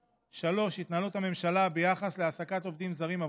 3. התנהלות הממשלה ביחס להעסקת עובדים זרים,